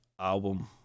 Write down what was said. album